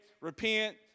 repent